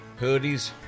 hoodies